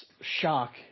shock